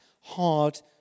hard